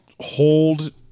hold